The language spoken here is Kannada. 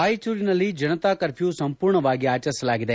ರಾಯಚೂರಿನಲ್ಲಿ ಜನತಾ ಕರ್ಫ್ಯೂ ಸಂಪೂರ್ಣವಾಗಿ ಆಚರಿಸಲಾಗಿದೆ